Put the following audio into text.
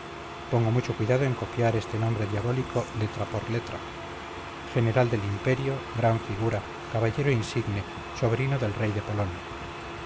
dejaba hacer la corte por su alteza el príncipe josé poniatowsky pongo mucho cuidado en copiar este nombre diabólico letra por letra general del imperio gran figura caballero insigne sobrino del rey de polonia